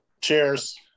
cheers